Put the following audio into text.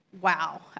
wow